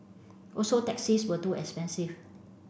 also taxis were too expensive